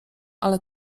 ale